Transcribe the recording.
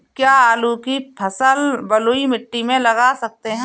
क्या आलू की फसल बलुई मिट्टी में लगा सकते हैं?